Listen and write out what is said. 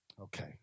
Okay